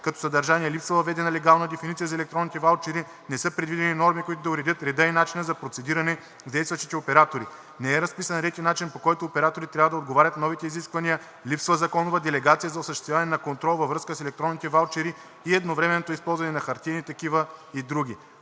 като съдържание, липсва въведена легална дефиниция за електронните ваучери, не са предвидени норми, които да уредят реда и начина за процедиране с действащите оператори, не е разписан ред и начин, по който операторите трябва да отговарят на новите изисквания, липсва законова делегация за осъществяване на контрол във връзка с електронните ваучери и едновременното използване на хартиени такива и други.